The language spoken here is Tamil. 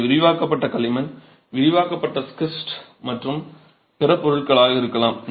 அது விரிவாக்கப்பட்ட களிமண் விரிவாக்கப்பட்ட ஸ்கிஸ்ட் மற்றும் பிற பொருட்களாக இருக்கலாம்